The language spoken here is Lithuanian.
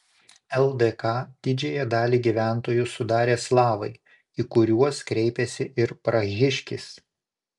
ldk didžiąją dalį gyventojų sudarė slavai į kuriuos kreipėsi ir prahiškis